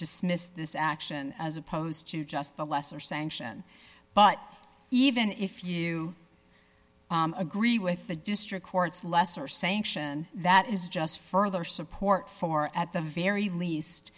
dismissed this action as opposed to just the lesser sanction but even if you agree with the district court's lesser sanction that is just further support for at the very least